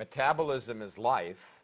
metabolism is life